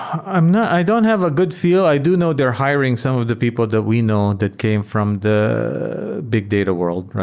um i don't have a good feel. i do know they're hiring some of the people that we know that came from the big data world,